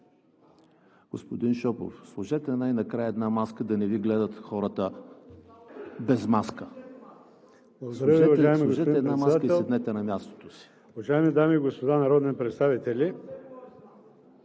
Господин Шопов, сложете най-накрая една маска да не Ви гледат хората без маска и си седнете на мястото си!